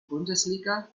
bundesliga